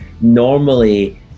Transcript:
Normally